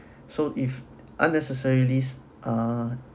so if unnecessary lists ah